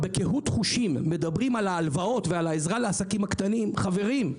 בקהות חושים מדברים על ההלוואות והעזרה לעסקים קטנים חברים,